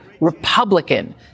Republican